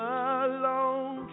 alone